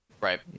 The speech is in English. Right